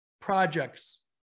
projects